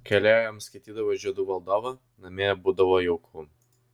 kai leo jam skaitydavo žiedų valdovą namie būdavo jauku